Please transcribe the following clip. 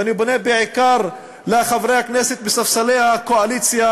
ואני פונה בעיקר לחברי הכנסת מספסלי הקואליציה,